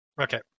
Okay